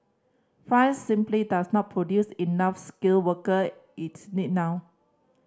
France simply does not produce enough skilled worker its need now